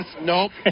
Nope